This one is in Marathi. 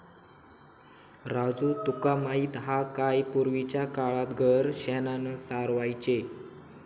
राजू तुका माहित हा काय, पूर्वीच्या काळात घर शेणानं सारवायचे